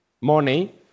money